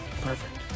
Perfect